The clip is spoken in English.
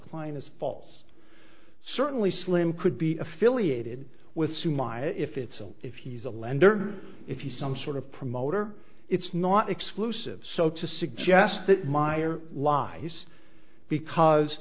client is false certainly slim could be affiliated with sue my if it's so if he's a lender if you some sort of promoter it's not exclusive so to suggest that meyer lies because